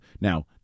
Now